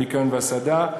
הניקיון וההסעדה.